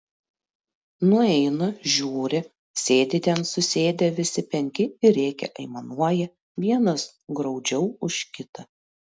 nueina žiūri sėdi ten susėdę visi penki ir rėkia aimanuoja vienas graudžiau už kitą